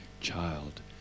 child